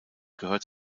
gehört